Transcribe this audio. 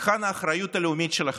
היכן האחריות הלאומית שלכם,